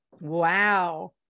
wow